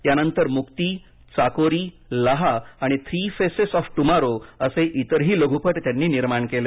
यानंतर मुक्ती चाकोरी लाहा आणि three faces of tomorrow असे इतरही लघुपट त्यांनी निर्माण केले